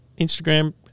Instagram